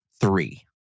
three